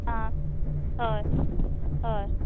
आं हय हय